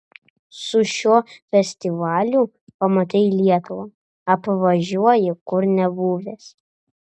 su šiuo festivaliu pamatai lietuvą apvažiuoji kur nebuvęs